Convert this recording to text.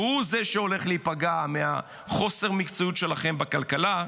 שהוא שהולך להיפגע מחוסר המקצועיות שלכם בכלכלה,